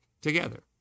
together